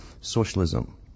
socialism